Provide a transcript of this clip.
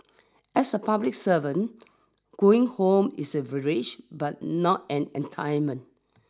as a public servant going home is a privilege but not an